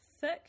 thick